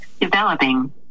Developing